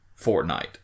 Fortnite